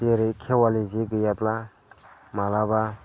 जेरै खेवालि जे गैयाब्ला माब्लाबा